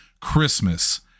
Christmas